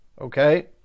Okay